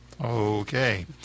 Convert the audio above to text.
Okay